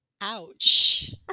Ouch